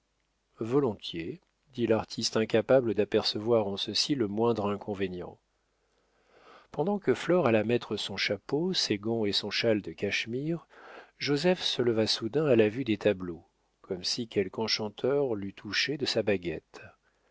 volontiers dit l'artiste incapable d'apercevoir en ceci le moindre inconvénient pendant que flore alla mettre son chapeau ses gants et son châle de cachemire joseph se leva soudain à la vue des tableaux comme si quelque enchanteur l'eût touché de sa baguette